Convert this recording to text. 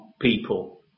people